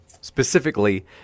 Specifically